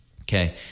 Okay